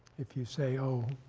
if you say, oh,